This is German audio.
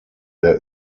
der